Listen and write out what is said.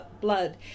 blood